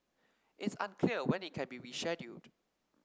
it's unclear when it can be rescheduled